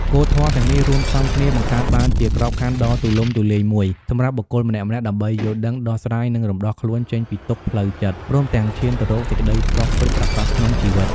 គោលធម៌ទាំងនេះរួមផ្សំគ្នា បង្កើតបានជាក្របខ័ណ្ឌដ៏ទូលំទូលាយមួយសម្រាប់បុគ្គលម្នាក់ៗដើម្បីយល់ដឹង ដោះស្រាយ និងរំដោះខ្លួនចេញពីទុក្ខផ្លូវចិត្ត ព្រមទាំងឈានទៅរកសេចក្តីសុខពិតប្រាកដក្នុងជីវិត។